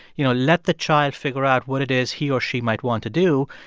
you know, let the child figure out what it is he or she might want to do,